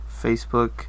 Facebook